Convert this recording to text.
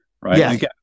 right